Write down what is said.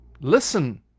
listen